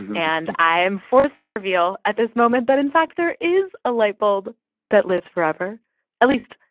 and i am forced to reveal at this moment that, in fact, there is a light bulb that lives forever at least,